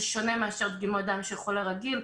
זה שונה מאשר דגימות דם של חולה רגיל.